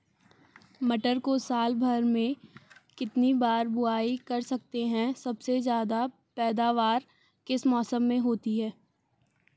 मटर को साल भर में कितनी बार बुआई कर सकते हैं सबसे ज़्यादा पैदावार किस मौसम में होती है?